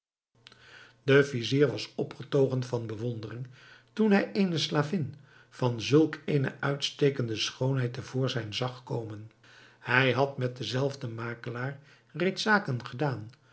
de vizier was opgetogen van bewondering toen hij eene slavin van zulk eene uitstekende schoonheid te voorschijn zag komen hij had met den zelfden makelaar reeds zaken gedaan